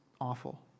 awful